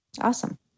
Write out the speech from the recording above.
Awesome